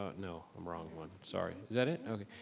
but no, um wrong one, sorry, is that it, okay.